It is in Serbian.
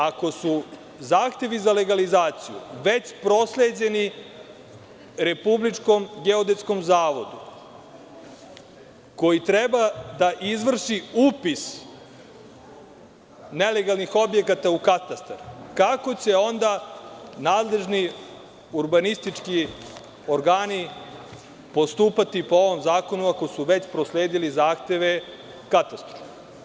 Ako su zahtevi za legalizaciju već prosleđeni RGZ, koji treba da izvrši upis nelegalnih objekata u katastar, kako će onda nadležni urbanistički organi postupati po ovom zahtevu ako su već prosledili zahteve katastru?